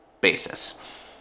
basis